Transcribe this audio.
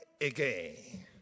again